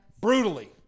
brutally